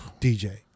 DJ